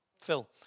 Phil